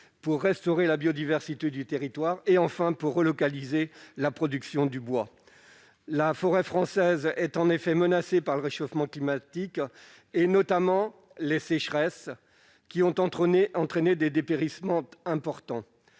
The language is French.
pour restaurer la biodiversité du territoire et, enfin, pour relocaliser la production de bois. La forêt française est menacée par le réchauffement climatique, notamment les sécheresses, qui ont entraîné des dépérissements importants.